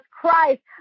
Christ